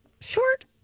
short